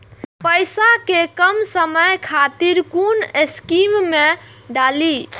पैसा कै कम समय खातिर कुन स्कीम मैं डाली?